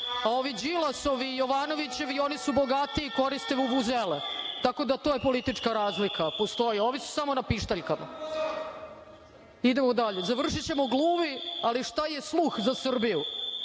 A ovi Đilasovi i Jovanovićevi su bogatiji i koriste vuvuzele. Tako da, tu politička razlika postoji, ovi su samo na pištaljkama. Idemo dalje. Završićemo gluvi, ali šta je sluh za Srbiju?